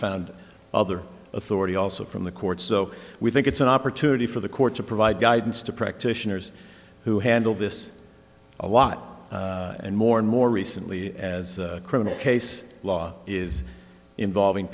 found other authority also from the court so we think it's an opportunity for the court to provide guidance to practitioners who handle this a lot and more and more recently as a criminal case law is involving